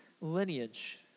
lineage